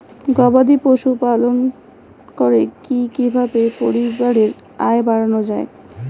গবাদি পশু পালন করে কি কিভাবে পরিবারের আয় বাড়ানো যায়?